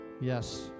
Yes